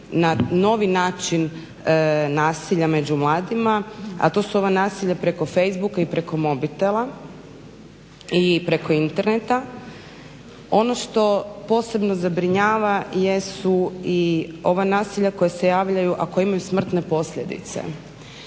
na novi način nasilja među mladima, a to su ova nasilja preko facebooka i preko mobitela i preko interneta. Ono što posebno zabrinjava jesu i ova nasilja koja se javljaju, a koja imaju smrtne posljedice.